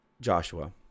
joshua